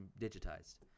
digitized